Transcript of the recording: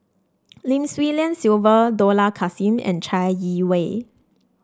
Lim Swee Lian Sylvia Dollah Kassim and Chai Yee Wei